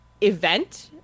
event